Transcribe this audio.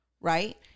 right